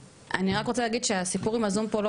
אני רק רוצה להגיד שהסיפור עם הזום פה לא